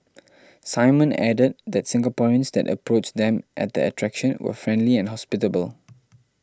Simon added that Singaporeans that approached them at the attraction were friendly and hospitable